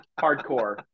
Hardcore